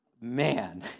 man